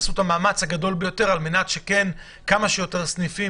שתעשו את המאמץ הגדול ביותר על מנת שכמה שיותר סניפים